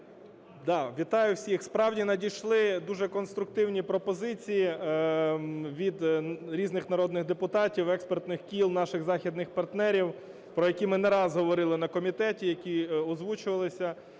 вітаю всіх. Справді надійшли дуже конструктивні пропозиції від різних народних депутатів, експертних кіл, наших західних партнерів, про які ми не раз говорили на комітеті, які озвучувалися,